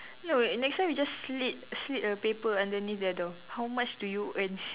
no wait next time you just slip slip a paper underneath their door how much do you earn